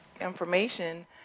information